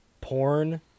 porn